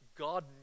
God